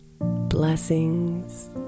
Blessings